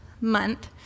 month